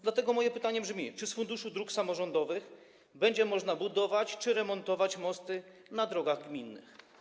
Dlatego moje pytanie brzmi: Czy z Funduszu Dróg Samorządowych będzie można budować czy remontować mosty na drogach gminnych?